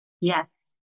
Yes